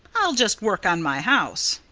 i'll just work on my house.